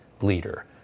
leader